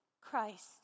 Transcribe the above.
Christ